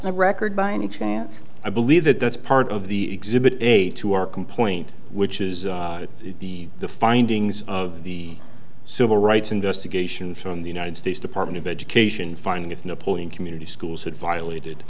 brett record by any chance i believe that that's part of the exhibit a to our complaint which is the the findings of the civil rights investigation from the united states department of education finding if napoleon community schools had violated